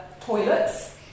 Toilets